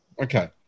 Okay